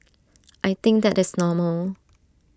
I think that is normal